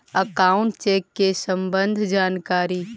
Account check के सम्बन्ध जानकारी?